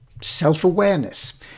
self-awareness